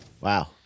Wow